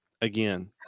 again